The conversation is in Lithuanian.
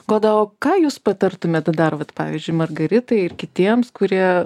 goda o ką jūs patartumėte dar vat pavyzdžiui margaritai ir kitiems kurie